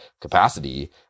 capacity